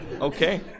Okay